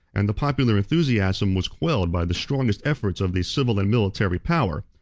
and the popular enthusiasm was quelled by the strongest efforts of the civil and military power.